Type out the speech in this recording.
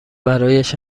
برایش